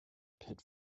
pit